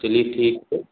चलिए ठीक है